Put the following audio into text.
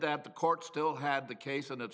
that the court still had the case and it's